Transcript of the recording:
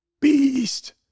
Beast